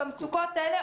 במצוקות האלה,